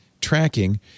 tracking